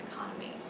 economy